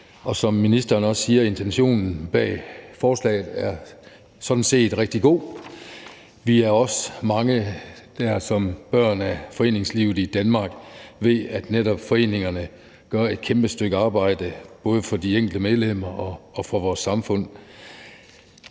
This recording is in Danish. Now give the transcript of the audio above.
Som ministeren også siger, er intentionen bag forslaget sådan set rigtig god. Vi er også mange, der som børn af foreningslivet i Danmark ved, at netop foreningerne gør et kæmpe stykke arbejde for både de enkelte medlemmer og vores samfund.